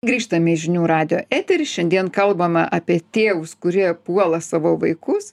grįžtame į žinių radijo eterį šiandien kalbame apie tėvus kurie puola savo vaikus